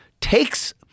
takes –